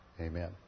Amen